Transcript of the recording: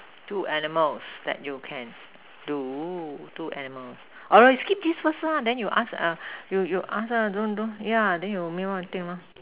two animals that you can do two animals or we skip this first lah then you ask uh you you ask lah don't don't then you mail until